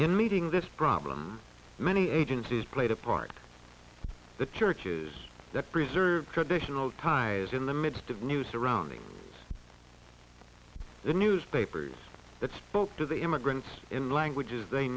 in meeting this problem many agencies played a part in the churches that preserve traditional ties in the midst of new surroundings the newspapers that spoke to the immigrants in languages they